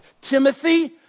Timothy